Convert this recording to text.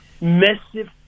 massive